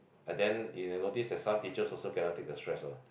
and then if you notice that some teachers also cannot take the stress what